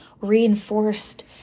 reinforced